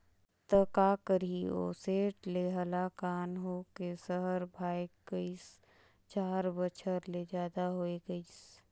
त का करही ओ सेठ ले हलाकान होए के सहर भागय गइस, चार बछर ले जादा हो गइसे